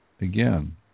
again